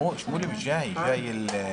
עכשיו היא תנהל את הוועדה,